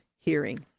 hearing